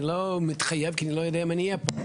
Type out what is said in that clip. אני לא מתחייב כי אני לא יודע אם אני אהיה פה,